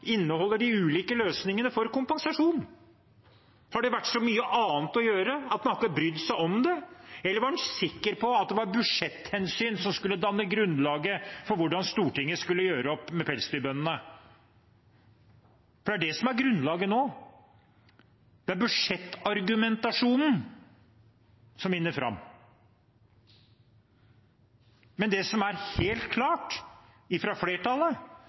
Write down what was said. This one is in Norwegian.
de ulike løsningene for kompensasjon? Har det vært så mye annet å gjøre at de ikke har brydd seg om det, eller var en sikker på at det var budsjetthensyn som skulle danne grunnlaget for hvordan Stortinget skulle gjøre opp med pelsdyrbøndene? For det er det som er grunnlaget nå. Det er budsjettargumentasjonen som vinner fram. Men det som er helt klart fra flertallet,